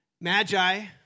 magi